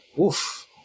oof